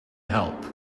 help